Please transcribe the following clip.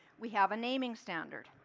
we have a naming standard.